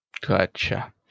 Gotcha